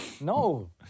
no